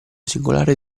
singolare